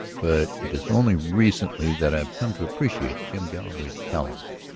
but it is only recently that i have come to appreciate jim galloway's caliber.